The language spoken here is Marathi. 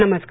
नमस्कार